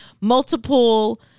multiple